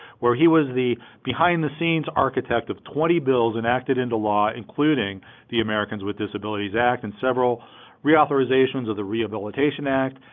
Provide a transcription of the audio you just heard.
where he was the behind-the-scenes architect of twenty bills enacted into law including the americans with disabilities act, and several reauthorizations of the rehabilitation act,